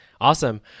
Awesome